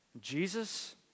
Jesus